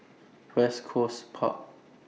West Coast Park